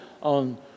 on